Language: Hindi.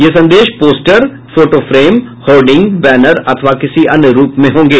ये संदेश पोस्टर फोटोफ्रेम होर्डिंग बैनर अथवा किसी अन्य रूप में होंगे